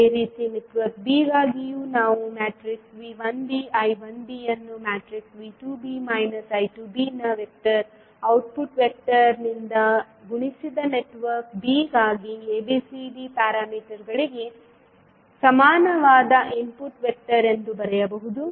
ಅದೇ ರೀತಿ network b ಗಾಗಿಯೂ ನಾವು V1b I1b ಅನ್ನು V2b I2b ನ ವೆಕ್ಟರ್ ಔಟ್ಪುಟ್ ವೆಕ್ಟರ್ ನಿಂದ ಗುಣಿಸಿದ ನೆಟ್ವರ್ಕ್ bಗಾಗಿ ABCD ನಿಯತಾಂಕಗಳಿಗೆ ಸಮಾನವಾದ ಇನ್ಪುಟ್ ವೆಕ್ಟರ್ ಎಂದು ಬರೆಯಬಹುದು